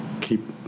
keep